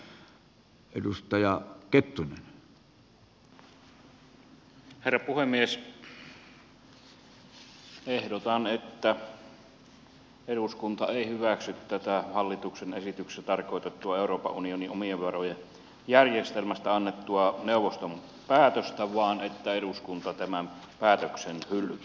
ehdotan että eduskunta ei hyväksy tätä hallituksen esityksessä tarkoitettua euroopan unionin omien varojen järjestelmästä annettua neuvoston päätöstä vaan että eduskunta tämän päätöksen hylkää